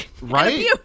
Right